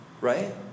Right